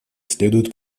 следует